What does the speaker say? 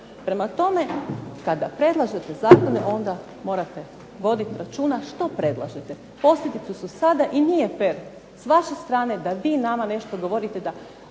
Prema tome kada predlažete zakone onda morate voditi računa što predlažete, posljedice su sada i nije fer s vaše strane da vi nama nešto govorite da